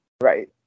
right